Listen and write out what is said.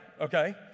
okay